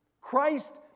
Christ